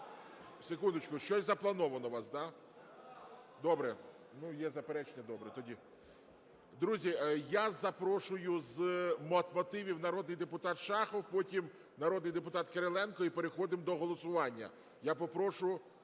Секундочку, щось заплановано у вас, так. Добре. Ну, є заперечення. Добре тоді. Друзі, я запрошую з мотивів народний депутат Шахов. Потім народний депутат Кириленко, і переходимо до голосування.